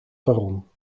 perron